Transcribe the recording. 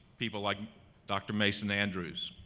people like dr. mason andrews,